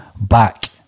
back